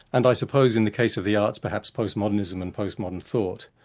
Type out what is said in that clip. and i suppose in the case of the arts perhaps post-modernism and post-modern thought.